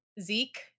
Zeke